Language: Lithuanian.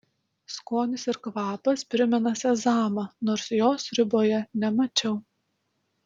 skonis ir kvapas primena sezamą nors jo sriuboje nemačiau